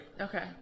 Okay